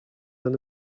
than